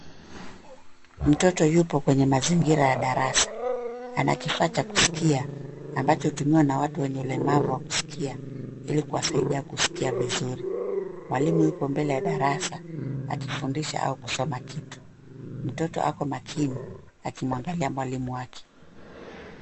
Mtoto yupo kwenye mazingira ya darasa. Ana kifaa cha kusikia, ambacho hutumiwa na watu wenye ulemavu wa kusikia, ili kuwasaidia kusikia vizuri. Mwalimu yupo mbele ya darasa akifundisha au kusoma kitu. Mtoto ako makini, akimwangalia mwalimu wake.